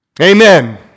Amen